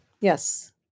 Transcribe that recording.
yes